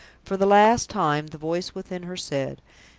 for the last time, the voice within her said,